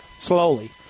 slowly